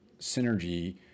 Synergy